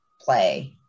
play